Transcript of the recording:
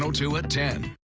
so to to him